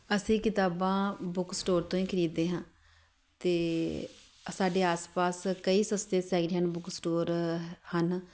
ਅਸੀਂ ਕਿਤਾਬਾਂ book store ਤੋਂ ਹੀ ਖਰੀਦਦੇ ਹਾਂ ਅਤੇ ਸਾਡੇ ਆਸ ਪਾਸ ਕਈ ਸਸਤੇ ਸੈਕਿੰਡ ਹੈਂਡ ਬੁੱਕ ਸਟੋਰ ਹਨ